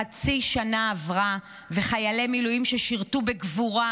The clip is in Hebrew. חצי שנה עברה וחיילי מילואים ששירתו בגבורה